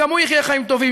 גם הוא יחיה חיים טובים,